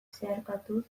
zeharkatuz